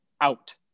out